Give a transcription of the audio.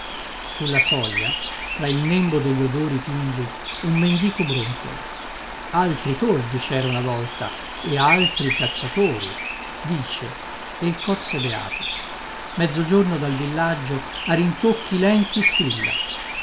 sulla soglia tra il nembo degli odori pingui un mendico brontola altri tordi cera una volta e altri cacciatori dice e il cor sè beato mezzogiorno dal villaggio a rintocchi lenti squilla